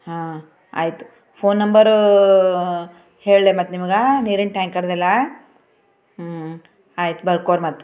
ಹಾಂ ಆಯ್ತು phone number ಹೇಳಿ ಮತ್ತೆ ನಿಮಗೆ ನೀರಿನ ಟ್ಯಾಂಕರ್ದೆಲ್ಲ ಹ್ಞೂ ಆಯ್ತು ಬರ್ಕೋರಿ ಮತ್ತೆ